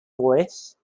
voice